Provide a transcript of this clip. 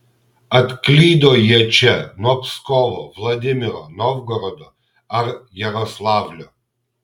atklydo jie čia nuo pskovo vladimiro novgorodo ar jaroslavlio